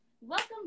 Welcome